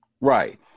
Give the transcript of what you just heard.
Right